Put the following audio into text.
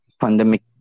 pandemic